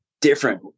different